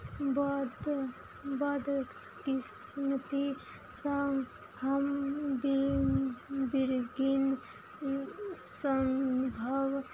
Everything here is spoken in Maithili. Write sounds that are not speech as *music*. बद बद किस्मती सँ हम *unintelligible*